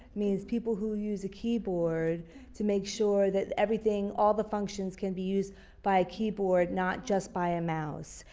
means people who use a keyboard to make sure that everything all the functions can be used by a keyboard not just by a mouse.